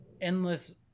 endless